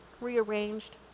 rearranged